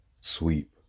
sweep